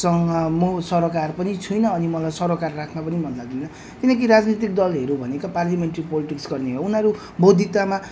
सँग म सरोकार पनि छुइनँ अनि मलाई सरोकार राख्न पनि मन लाग्दैन किनकि राजनीतिक दलहरू भनेको पार्लियामेन्ट्री पोलिटिक्स गर्ने हुन् उनीहरू बौद्धिकतामा